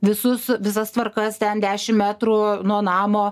visus visas tvarkas ten dešim metrų nuo namo